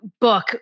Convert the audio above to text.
book